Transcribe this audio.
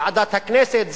ועדת הכנסת.